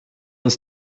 uns